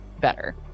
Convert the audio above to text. better